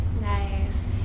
Nice